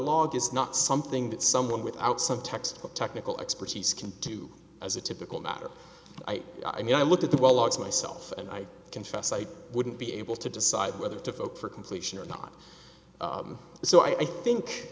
log is not something that someone without some textbook technical expertise can do as a typical matter i mean i look at the logs myself and i confess i wouldn't be able to decide whether to vote for completion or not so i think